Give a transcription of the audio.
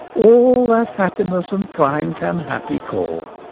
all that happiness and prime can happy call.